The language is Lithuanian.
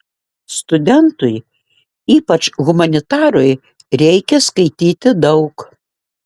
studentui ypač humanitarui reikia skaityti daug